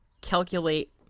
calculate